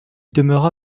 demeura